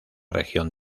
región